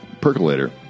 percolator